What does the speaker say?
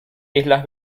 islas